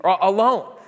alone